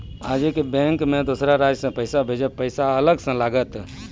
आजे के बैंक मे दोसर राज्य मे पैसा भेजबऽ पैसा अलग से लागत?